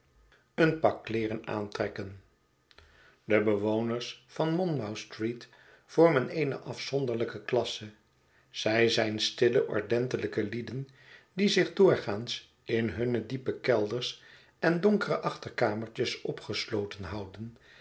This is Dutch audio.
een pak kleeren aantrekken de be woners van monmouth street vormen eene afzonderlijke klasse zij zijn stille ordentelijke lieden die zich doorgaans in hunne diepe kelders en donkere achterkamertjes opgesloten houden